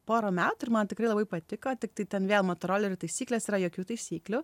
porą metų ir man tikrai labai patiko tiktai ten vėl motorolerių taisyklės yra jokių taisyklių